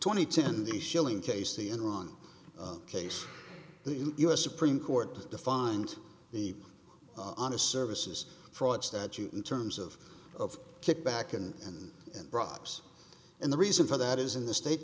twenty ten the shilling case the enron case the us supreme court defined the honest services fraud statute in terms of of kickback and in broad's and the reason for that is in the state